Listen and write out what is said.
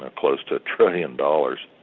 ah close to a trillion dollars.